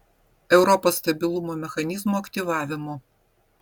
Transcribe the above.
europos stabilumo mechanizmo aktyvavimo